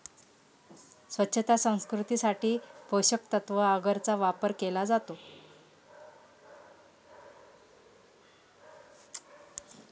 स्वच्छता संस्कृतीसाठी पोषकतत्त्व अगरचा वापर केला जातो